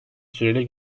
süreyle